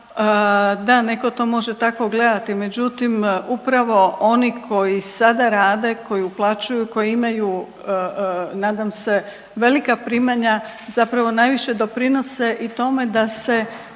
Da, neko to može tako gledati, međutim upravo oni koji sada rade koji uplaćuju koji imaju nadam se velika primanja zapravo najviše doprinose i tome da se